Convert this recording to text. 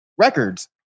records